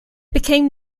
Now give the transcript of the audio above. became